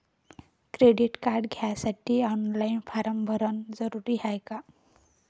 Credit card घ्यासाठी online form भरन जरुरीच हाय का?